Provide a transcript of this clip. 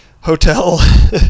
hotel